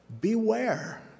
beware